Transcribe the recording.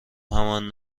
همان